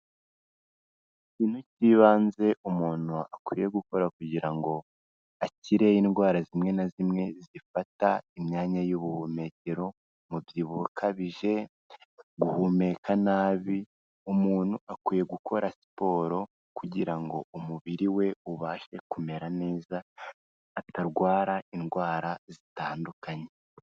Ikintu cy'ibanze umuntu akwiriye gukora kugira ngo akire indwara zimwe na zimwe zifata imyanya y'ubuhumekero, umubyibuho ukabije, guhumeka nabi, umuntu akwiye gukora siporo kugira ngo umubiri we ubashe kumera neza atarwara indwara zitandukanye.